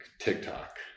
TikTok